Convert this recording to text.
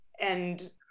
and-